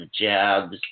jabs